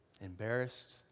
embarrassed